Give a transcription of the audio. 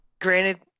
Granted